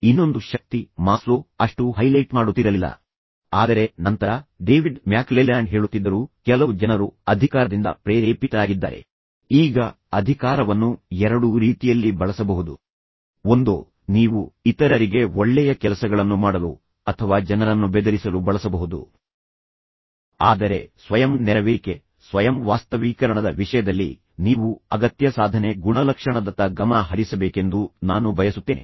ಇನ್ನೊಂದು ಶಕ್ತಿ ಆದ್ದರಿಂದ ಇದನ್ನು ಮಾಸ್ಲೋ ಅಷ್ಟು ಹೈಲೈಟ್ ಮಾಡುತ್ತಿರಲಿಲ್ಲ ಆದರೆ ನಂತರ ಡೇವಿಡ್ ಮ್ಯಾಕ್ಕ್ಲೆಲ್ಯಾಂಡ್ ಹೇಳುತ್ತಿದ್ದರು ಕೆಲವು ಜನರು ಅಧಿಕಾರದಿಂದ ಪ್ರೇರೇಪಿತರಾಗಿದ್ದಾರೆ ಅಧಿಕಾರದಿಂದ ಈಗ ಅಧಿಕಾರವನ್ನು ಎರಡೂ ರೀತಿಯಲ್ಲಿ ಬಳಸಬಹುದು ಒಂದೋ ನೀವು ಇತರರಿಗೆ ಒಳ್ಳೆಯ ಕೆಲಸಗಳನ್ನು ಮಾಡಲು ಅಧಿಕಾರವನ್ನು ಬಳಸಬಹುದು ಅಥವಾ ನೀವುಪ್ರಭಾವ ಬೀರಲು ನಿಯಂತ್ರಿಸಲು ಜನರನ್ನು ಬೆದರಿಸಲು ಪ್ರಾಬಲ್ಯ ಸಾಧಿಸಲು ಅಧಿಕಾರವನ್ನು ಬಳಸಬಹುದು ಆದರೆ ಸ್ವಯಂ ನೆರವೇರಿಕೆ ಸ್ವಯಂ ವಾಸ್ತವೀಕರಣದ ವಿಷಯದಲ್ಲಿ ನೀವು ಅಗತ್ಯ ಸಾಧನೆ ಗುಣಲಕ್ಷಣದತ್ತ ಗಮನ ಹರಿಸಬೇಕೆಂದು ನಾನು ಬಯಸುತ್ತೇನೆ